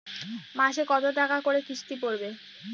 মাসে কত টাকা করে কিস্তি পড়বে?